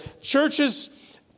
Churches